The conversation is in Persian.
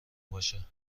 باشه